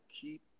keep